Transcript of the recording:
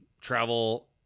travel